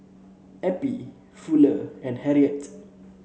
Eppie Fuller and Harriett